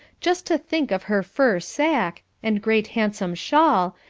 just to think of her fur sacque, and great handsome shawl,